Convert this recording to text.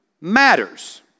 matters